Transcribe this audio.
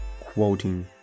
quoting